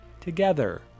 together